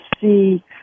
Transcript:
see